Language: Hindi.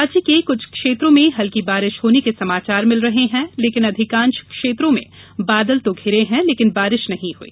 राज्य के कुछ क्षेत्रों में हल्की बारिश होने के समाचार मिल रहे हैं लेकिन अधिकांश क्षेत्रों में बादल तो घिरे हैं लेकिन बारिश नहीं हुई